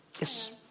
Yes